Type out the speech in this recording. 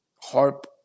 harp